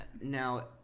Now